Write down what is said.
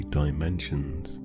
dimensions